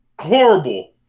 horrible